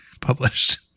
published